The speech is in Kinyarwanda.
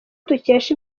dukesha